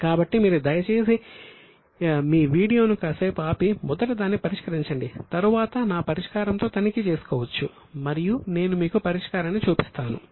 కాబట్టి మీరు దయచేసి మీ వీడియోను కాసేపు ఆపి మొదట దాన్ని పరిష్కరించండి తరువాత నా పరిష్కారంతో తనిఖీ చేసుకోవచ్చు మరియు నేను మీకు పరిష్కారం చూపిస్తాను